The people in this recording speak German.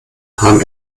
haben